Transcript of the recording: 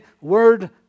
word